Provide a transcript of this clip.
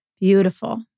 Beautiful